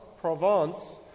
Provence